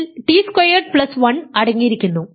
അതിൽ T squared plus 1 അടങ്ങിയിരിക്കുന്നു